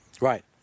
Right